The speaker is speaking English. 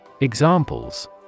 Examples